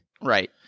Right